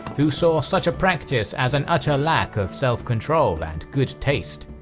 who saw such a practice as an utter lack of self control and good taste.